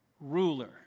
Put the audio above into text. ruler